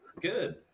Good